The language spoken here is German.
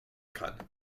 kann